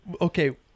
Okay